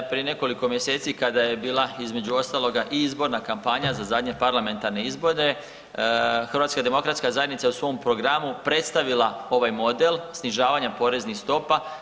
Prije nekoliko mjeseci kada je bila između ostaloga i izborna kampanja za zadnje parlamentarne izbore, HDZ je u svom programu predstavila ovaj model snižavanja poreznih stopa.